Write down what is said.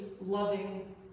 loving